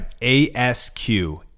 ASQ